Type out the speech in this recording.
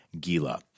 Gila